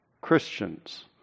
Christians